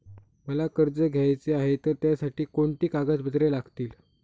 मला कर्ज घ्यायचे आहे तर त्यासाठी कोणती कागदपत्रे लागतील?